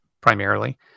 primarily